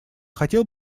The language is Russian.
хотел